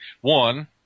One